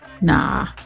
Nah